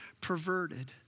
perverted